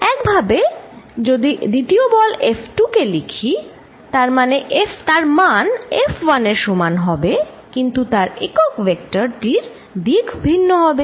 একভাবে যদি দ্বিতীয় বল F2 কে লিখি তার মান F1 এর সমান হবে কিন্তু তার একক ভেক্টর টির দিক ভিন্ন হবে